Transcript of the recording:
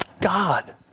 God